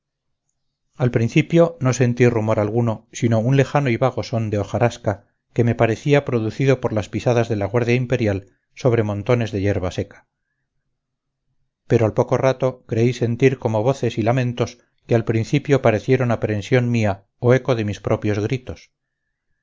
al principio no sentí rumor alguno sino un lejano y vago son de hojarasca que me parecía producido por las pisadas de la guardia imperial sobre montones de yerba seca pero al poco rato creí sentir como voces y lamentos que al principio parecieron aprensión mía o eco de mis propios gritos